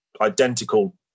identical